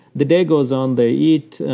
the day goes on, they eat.